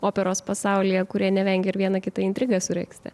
operos pasaulyje kurie nevengia ir viena kitą intrigą suregzti